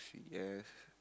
yes